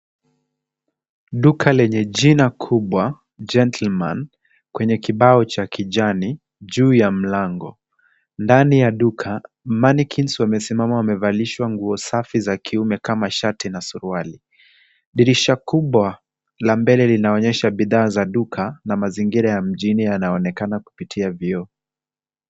Duka lenye jina kubwa Gentleman kwenye kibao cha kijani juu ya mlango, ndani ya duka, manekins wamesimama wamevalishwa nguo safi za shati na suruali, dirisha kubwa la mbele linaonyesha bidhaa za duka na mazingira ya mjini yanaonekana kupitia vioo.